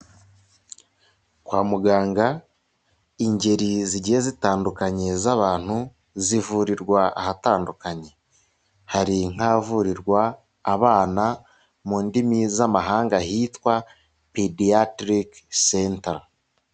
Kwa muganga, ingeri zigiye zitandukanye z'abantu, zivurirwa ahatandukanye. Hari nk'ahavurirwa abana, mu ndimi z'amahanga hitwa Pediatric center.